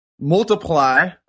multiply